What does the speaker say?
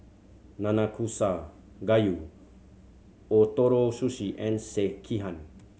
Nanakusa Gayu Ootoro Sushi and Sekihan